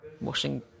washing